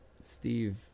Steve